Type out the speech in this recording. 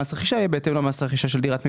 מס הרכישה יהיה בהתאם למס הרכישה של דירת מגורים,